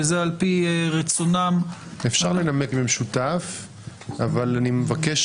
וזה על-פי רצונם -- אפשר לנמק במשותף אבל אני מבקש